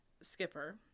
skipper